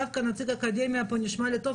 דווקא נציג אקדמיה פה נשמע לי טוב,